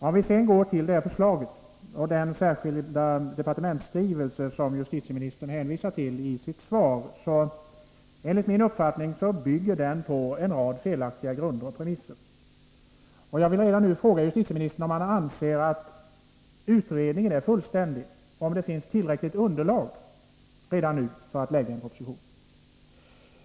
Beträffande förslagen i den särskilda departementspromemoria som justitieministern hänvisar till i sitt svar vill jag säga att de enligt min uppfattning bygger på en rad felaktiga grunder och premisser. Jag vill fråga justitieministern om han anser att utredningen är fullständig och om det finns ett tillräckligt underlag för att redan nu lägga fram en proposition.